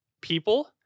people